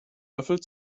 löffel